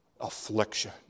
affliction